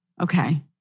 Okay